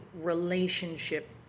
relationship